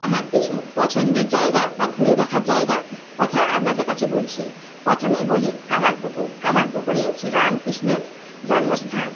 আমার কিছু পছন্দের জায়গা বা ঘুরে দেখা জায়গার কথা আপনাদের কাছে বলছি প্রথমেই বলি কামারপুকুর কামারপুকুরেই শ্রীরামকৃষ্ণের জন্মস্থান